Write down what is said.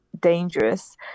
dangerous